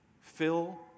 fill